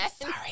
Sorry